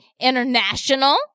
international